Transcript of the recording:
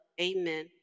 Amen